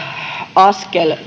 askel